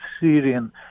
Syrian